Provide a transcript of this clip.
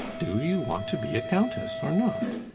do you want to be a countess or not?